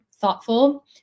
thoughtful